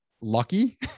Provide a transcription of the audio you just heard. lucky